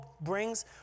brings